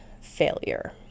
failure